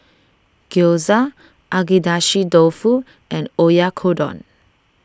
Gyoza Agedashi Dofu and Oyakodon